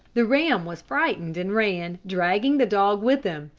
the ram was frightened and ran, dragging the dog with him.